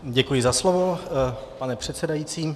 Děkuji za slovo, pane předsedající.